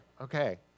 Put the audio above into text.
okay